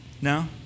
No